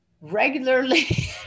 regularly